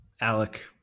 Alec